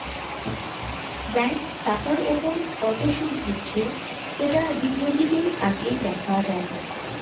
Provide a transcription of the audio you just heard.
bank টাকার উপর কত সুদ দিচ্ছে সেটা ডিপোজিটের আগে দেখা যায়